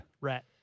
Rat